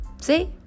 See